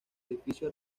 edificio